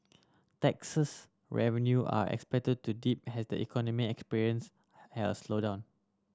tax revenue are expected to dip has the economy experience has slowdown